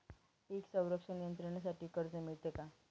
पीक संरक्षण यंत्रणेसाठी कर्ज मिळते का?